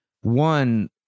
one